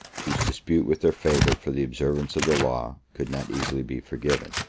whose dispute with their favorite for the observance of the law could not easily be forgiven.